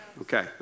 Okay